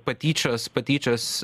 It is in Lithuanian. patyčios patyčios